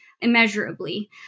immeasurably